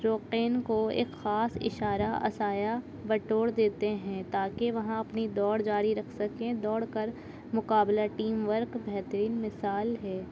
رقین کو ایک خاص اشارہ اسایہ بٹور دیتے ہیں تاکہ وہاں اپنی دوڑ جاری رکھ سکیں دوڑ کر مقابلہ ٹیم ورک بہترین مثال ہے